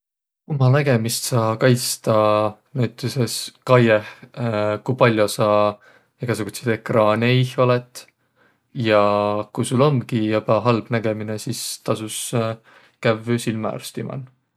Umma nägemist saa kaitstaq näütüses kaiõh, ku pall'o saq egäsugutsidõ ekraanõ iih olõt. Ja ku sul omgi joba halv nägemine, sis tasus kävvüq silmäarsti man.